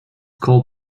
called